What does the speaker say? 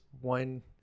one